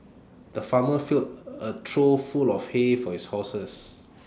the farmer filled A a trough full of hay for his horses